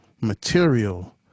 material